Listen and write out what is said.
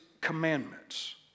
commandments